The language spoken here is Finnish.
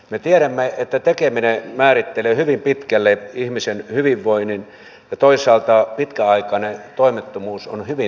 me tiedämme että tekeminen määrittelee hyvin pitkälle ihmisen hyvinvoinnin ja toisaalta pitkäaikainen toimettomuus on hyvin tuhoavaa